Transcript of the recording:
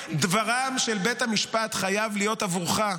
דברו של בית המשפט חייב להיות עבורך,